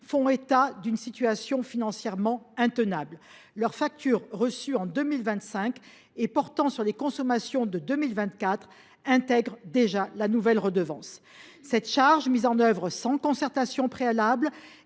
font état d’une situation financièrement intenable. Les factures reçues en 2025 et portant sur les consommations de 2024 intègrent déjà la nouvelle redevance. Cette charge, mise en œuvre sans concertation préalable